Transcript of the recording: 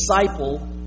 disciple